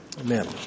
amen